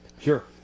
sure